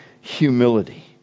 humility